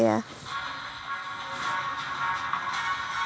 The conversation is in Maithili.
कृपया हमरा बताबू कि हमर चालू खाता के लेल न्यूनतम शेष राशि कतेक या